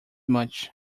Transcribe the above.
much